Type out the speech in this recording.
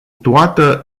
toată